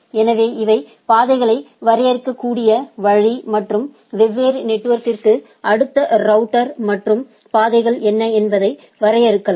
எனவே இவை பாதைகளை வரையறுக்கக்கூடிய வழி மற்றும் வெவ்வேறு நெட்வொர்க்கிற்கு அடுத்த ரவுட்டர் மற்றும் பாதைகள் என்ன என்பதை வரையறுக்கலாம்